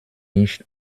nicht